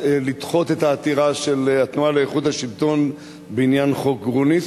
לדחות את העתירה של התנועה לאיכות השלטון בעניין חוק גרוניס.